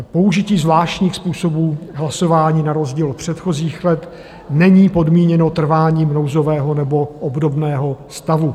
Použití zvláštních způsobů hlasování na rozdíl od předchozích let není podmíněno trváním nouzového nebo obdobného stavu.